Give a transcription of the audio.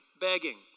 begging